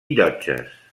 llotges